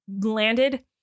landed